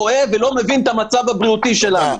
טועה ולא מבין את המצב הבריאותי שלנו.